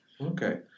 Okay